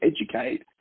educate